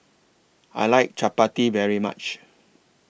I like Chapati very much